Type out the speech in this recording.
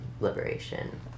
liberation